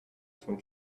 cent